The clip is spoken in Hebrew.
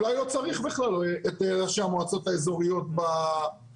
אולי לא צריך בכלל את ראשי המועצות האזוריות בשטח.